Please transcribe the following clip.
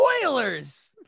spoilers